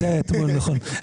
נכון.